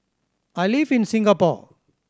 I live in Singapore